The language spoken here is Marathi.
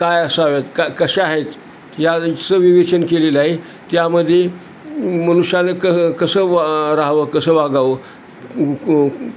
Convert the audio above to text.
काय असावेत का कशा आहेत याचं विवेचन केलेलं आहे त्यामध्ये मनुष्याने क कसं वा राहावं कसं वागावं